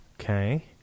Okay